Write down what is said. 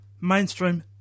mainstream